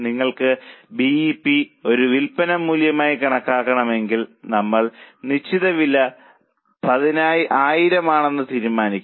നിങ്ങൾക്ക് B E P ഒരു വിൽപ്പന മൂല്യമായി കണക്കാക്കണമെങ്കിൽ നമ്മൾ നിശ്ചിത വില 1000 ആണെന്ന് അനുമാനിക്കുന്നു